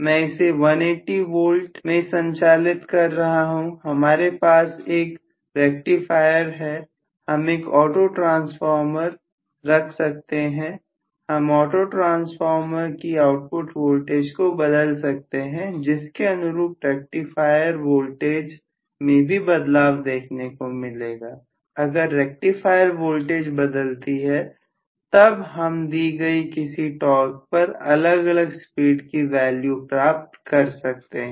मैं इसे 180 V मैं संचालित कर रहा हूं हमारे पास एक रेक्टिफायर है हम एक ऑटो ट्रांसफॉर्मर रख सकते हैं हम ऑटो ट्रांसफार्मर की आउटपुट वोल्टेज को बदल सकते हैं जिस के अनुरूप रेक्टिफायर वोल्टेज में भी बदलाव देखने को मिलेगा अगर रेक्टिफायर वोल्टेज बदलती है तब हम दी गई किसी टॉर्क पर अलग अलग स्पीड की वैल्यू प्राप्त कर सकते हैं